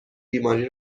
بیماری